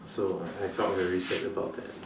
so I I felt very sad about that